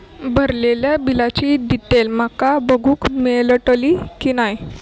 भरलेल्या बिलाची डिटेल माका बघूक मेलटली की नाय?